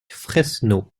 fesneau